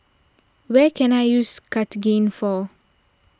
where can I use Cartigain for